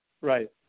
Right